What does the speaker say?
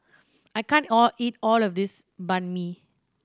I can't all eat all of this Banh Mi